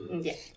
Yes